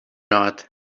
not